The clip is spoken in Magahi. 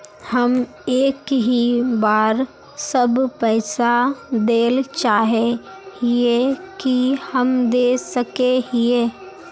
हम एक ही बार सब पैसा देल चाहे हिये की हम दे सके हीये?